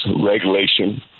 regulation